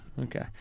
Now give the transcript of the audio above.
Okay